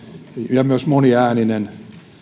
ja myös moniääninen